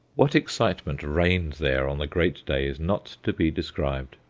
what excitement reigned there on the great day is not to be described.